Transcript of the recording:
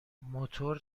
موتور